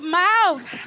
mouth